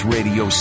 Radio